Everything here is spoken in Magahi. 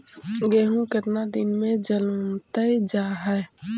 गेहूं केतना दिन में जलमतइ जा है?